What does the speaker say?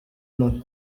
nawe